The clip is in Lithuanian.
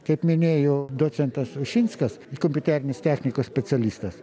kaip minėjo docentas ušinskas kompiuterinės technikos specialistas